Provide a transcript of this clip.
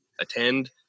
attend